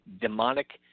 demonic